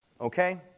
Okay